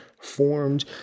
formed